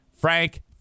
Frank